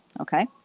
okay